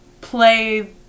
play